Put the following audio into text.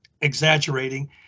exaggerating